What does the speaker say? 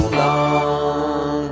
long